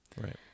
Right